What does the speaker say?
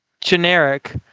generic